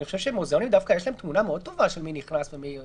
אני חושב שלמוזיאונים יש תמונה מאוד טובה של מי נכנס ומי יוצא.